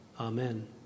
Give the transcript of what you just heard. Amen